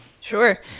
Sure